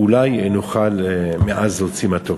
אולי נוכל מעז להוציא מתוק.